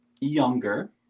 younger